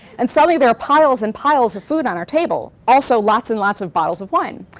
and suddenly there are piles and piles of food on our table, also lots and lots of bottles of wine.